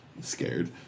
scared